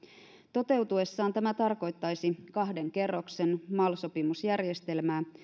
toteutuessaan tämä tarkoittaisi kahden kerroksen mal sopimusjärjestelmää